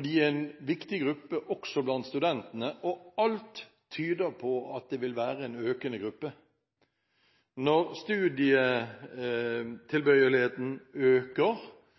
de er en viktig gruppe også blant studentene, og alt tyder på at det vil være en økende gruppe. Når studietilbøyeligheten øker,